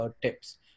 tips